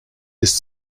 ist